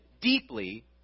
deeply